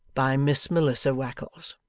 by miss melissa wackles